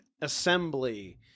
assembly